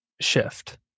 shift